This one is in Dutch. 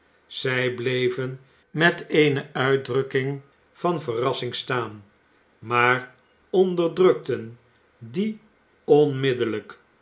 zij bleven met eene uitdrukking van verrassing staan maar onderdrukten die onmiddellijk